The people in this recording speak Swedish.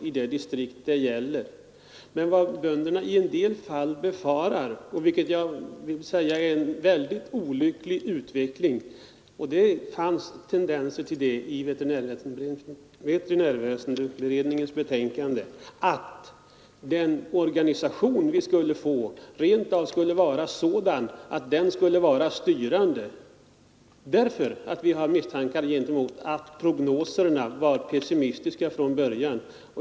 Veterinärväsendeutredningens betänkande pekar emellertid mot en väldigt olycklig utveckling, och vad bönderna i en del fall befarar är att den tilltänkta organisationen rent av skulle bli styrande för utvecklingen.